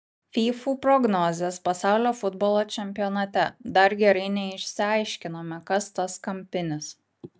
fyfų prognozės pasaulio futbolo čempionate dar gerai neišsiaiškinome kas tas kampinis